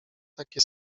takie